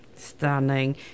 stunning